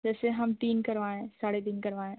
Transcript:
जैसे हम तीन करवाएँ साढ़े तीन करवाएँ